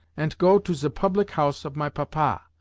ant go to ze public-house of my papa.